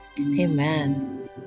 amen